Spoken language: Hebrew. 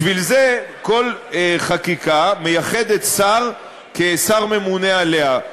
בשביל זה כל חקיקה מייחדת שר כשר ממונה עליה.